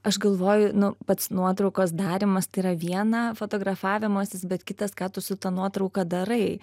aš galvoju nu pats nuotraukos darymas tai yra viena fotografavimasis bet kitas ką tu su ta nuotrauka darai